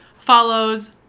follows